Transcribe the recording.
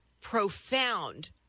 profound